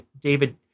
David